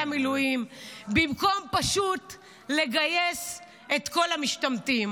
המילואים במקום פשוט לגייס את כל המשתמטים.